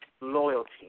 loyalty